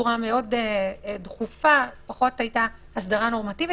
בצורה מאוד דחופה ופחות הייתה הסדרה נורמטיבית,